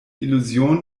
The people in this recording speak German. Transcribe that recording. illusion